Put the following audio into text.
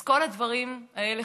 אז כל הדברים האלה,